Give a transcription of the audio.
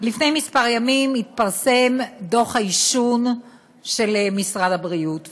לפני כמה ימים התפרסם דוח העישון של משרד הבריאות,